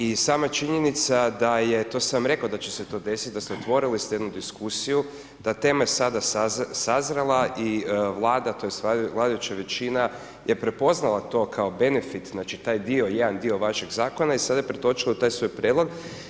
I sama činjenica da je, to sam vam i rekao da će se to desiti, dakle otvorili ste jednu diskusiju, ta tema je do sada sazrela i Vlada, tj. Vladajuća većina je prepoznala to kao benefit, znači taj dio, jedan dio vašeg zakona i sada je pretočila u taj svoj prijedlog.